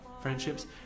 friendships